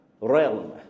realm